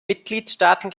mitgliedstaaten